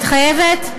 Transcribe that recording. מתחייבת?